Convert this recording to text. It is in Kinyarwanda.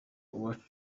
uwacu